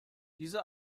diese